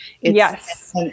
yes